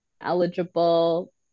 eligible